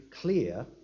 clear